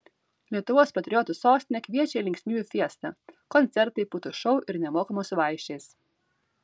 lietuvos patriotų sostinė kviečia į linksmybių fiestą koncertai putų šou ir nemokamos vaišės